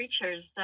creatures